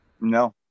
no